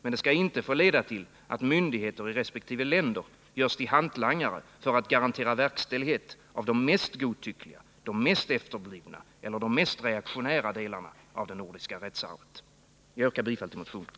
Men det skall inte få leda till att myndigheter i resp. länder görs till hantlangare för att garantera verkställighet av de mest godtyckliga, de mest efterblivna eller de mest reaktionära delarna av det nordiska rättsarvet. Jag yrkar bifall till motionen.